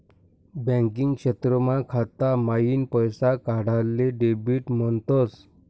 banking क्षेत्रमा खाता माईन पैसा काढाले डेबिट म्हणतस